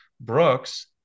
Brooks